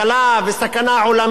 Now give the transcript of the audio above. וסכנה עולמית,